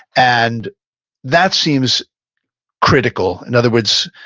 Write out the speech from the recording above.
and that seems critical. in other words,